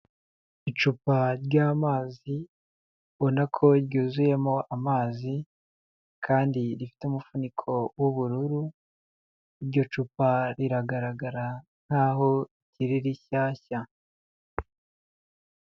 Icupa ry'amazi ubona ko ryuzuyemo amazi kandi rifite umufuniko w'ubururu, iryo cupa riragaragara nkaho rikiri rishyashya.